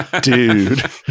dude